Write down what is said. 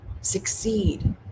succeed